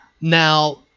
Now